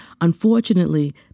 Unfortunately